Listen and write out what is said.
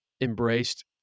embraced